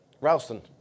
Ralston